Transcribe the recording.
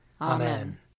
Amen